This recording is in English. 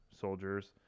soldiers